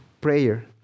prayer